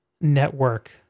network